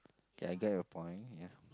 K I get your point ya